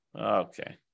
okay